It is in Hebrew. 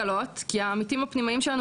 הפנימית,